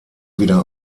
wieder